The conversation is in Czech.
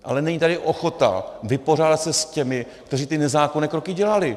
Ale není tady ochota vypořádat se s těmi, kteří ty nezákonné kroky dělali.